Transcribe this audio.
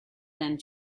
than